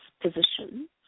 position